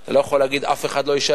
אחר אתה לא יכול להגיד: שאף אחד לא ישלם,